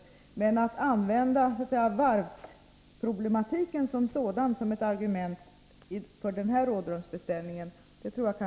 Men jag tror att man skall akta sig för att använda varvsproblematiken som sådan som argument för den här rådrumsbeställningen.